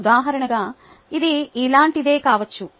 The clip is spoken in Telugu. ఉదాహరణగా ఇది ఇలాంటిదే కావచ్చు